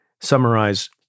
summarize